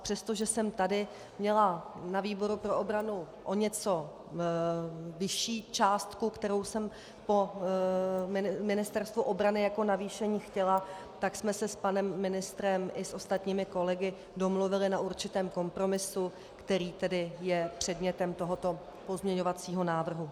Přestože jsem tady měla na výboru pro obranu o něco vyšší částku, kterou jsem po Ministerstvu obrany jako navýšení chtěla, tak jsme se s panem ministrem i ostatními kolegy domluvili na určitém kompromisu, který je tedy předmětem tohoto pozměňovacího návrhu.